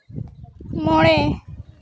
ᱢᱚᱬᱮ